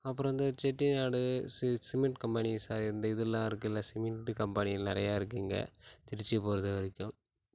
அப்புறம் வந்து Chettinad cement companies இந்த இதெலாம் இருக்குதுல சிமெண்ட் கம்பெனிகள் நிறையா இருக்குது இங்கே திருச்சியை பொறுத்தவரைக்கும்